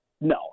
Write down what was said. No